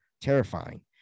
terrifying